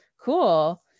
Cool